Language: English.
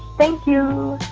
thank you